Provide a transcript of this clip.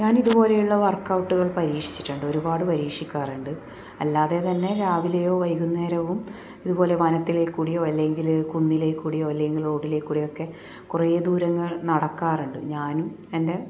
ഞാൻ ഇതുപോലെയുള്ള വർക്കൗട്ടുകൾ പരീക്ഷിച്ചിട്ടുണ്ട് ഒരുപാട് പരീക്ഷിക്കാറുണ്ട് അല്ലാതെ തന്നെ രാവിലെയോ വൈകുന്നേരവും ഇതുപോലെ വനത്തിൽ കൂടിയോ അല്ലെങ്കിൽ കുന്നിൽ കൂടിയോ അല്ലെങ്കിൽ റോഡിൽ കൂടിയോ ഒക്കെ കുറേ ദൂരങ്ങൾ നടക്കാറുണ്ട് ഞാനും എൻ്റെ